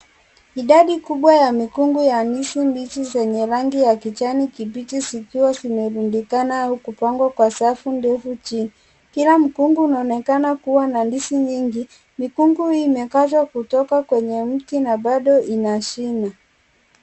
Idadi kubwa ya mikungu ya ndizi zenye rangi ya kijani kibichi zikiwa rimerundikana kupangwa kwa safu ndefu chini. Kila mkungu unaonekana kuwa na ndizi nyingi. Mkungu hii imekatwa kutoka kwenye mti na bado ina shina.